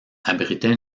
abritait